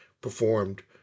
performed